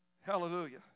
hallelujah